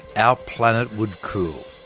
our planet would cool.